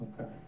Okay